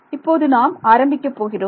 இப்போது நாம் ஆரம்பிக்கப் போகிறோம்